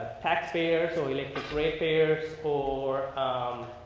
taxpayer. so electric rate payers for um,